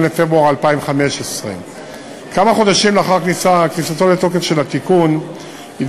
1 בפברואר 2015. כמה חודשים לאחר כניסתו של התיקון לתוקף